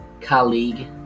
colleague